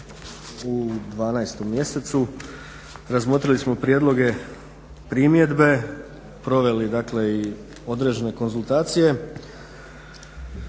u 12. mjesecu. Razmotrili smo prijedloge, primjedbe, proveli dakle i određene konzultacije.